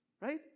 right